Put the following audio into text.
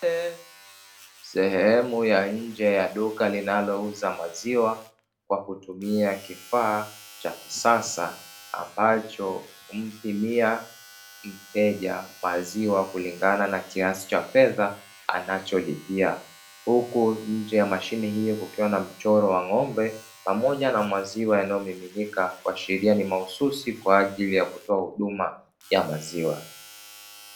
Sehemu ya nje ya duka linalouza maziwa kwa kutumia kifaa cha kisasa ambacho humpimia mteja maziwa kulingana na kiasi cha fedha anacholipia. huku nje ya mashine hiyo kukiwa na mchoro wa ng'ombe pamoja na maziwa yanayomiminika kuashiria ni mahususi kwa ajili ya kutoa huduma ya maziwa.